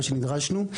מה שנדרשנו.